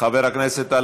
אני יורד מזה.